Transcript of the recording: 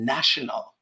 National